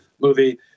movie